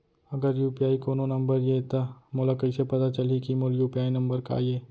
अगर यू.पी.आई कोनो नंबर ये त मोला कइसे पता चलही कि मोर यू.पी.आई नंबर का ये?